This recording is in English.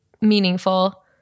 meaningful